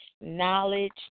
knowledge